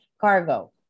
cargo